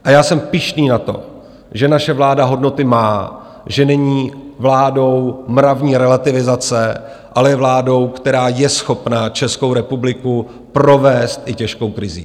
A já jsem pyšný na to, že naše vláda hodnoty má, že není vládou mravní relativizace, ale je vládou, která je schopna Českou republiku provést i těžkou krizí.